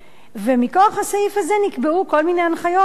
מכוח הסעיף הזה נקבעו כל מיני הנחיות שוועדת